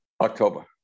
October